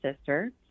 sister